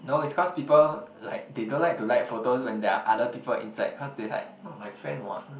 no it's cause people like they don't like to like photos when there are other people inside cause they like not my friend what